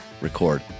record